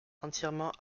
entièrement